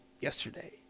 yesterday